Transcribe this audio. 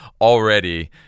already